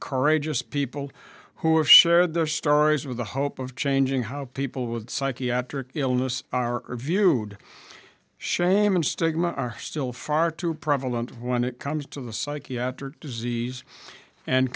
courageous people who have shared their stories with the hope of changing how people with psychiatric illness are viewed shame and stigma are still far too prevalent when it comes to the psychiatric disease and